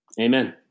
Amen